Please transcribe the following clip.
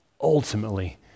ultimately